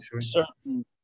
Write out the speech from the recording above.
certain